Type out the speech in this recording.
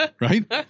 right